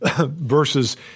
versus